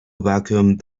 vacuumed